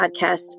podcast